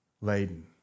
laden